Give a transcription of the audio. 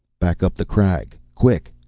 back up the crag, quick!